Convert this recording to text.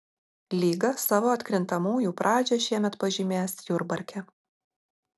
lyga savo atkrintamųjų pradžią šiemet pažymės jurbarke